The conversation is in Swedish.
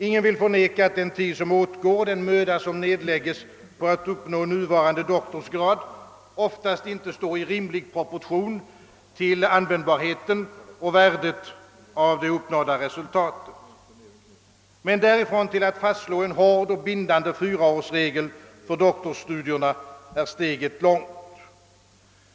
Ingen vill förneka, att den tid som åtgår och den möda som nedlägges för uppnående av nuvarande doktorsgrad ofta inte står i rimlig proportion till användbarheten och värdet av resultatet. Men därifrån till att fastslå en hård och bindande fyraårsregel för doktorsstudierna är steget långt.